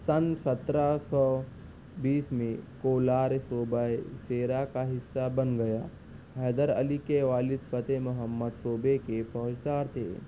سن سترہ سو بیس میں کولار صوبہ سیرا کا حصہ بن گیا حیدر علی کے والد فتح محمد صوبے کے فوجدار تھے